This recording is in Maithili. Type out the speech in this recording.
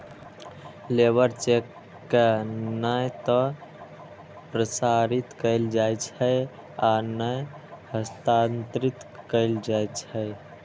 लेबर चेक के नै ते प्रसारित कैल जाइ छै आ नै हस्तांतरित कैल जाइ छै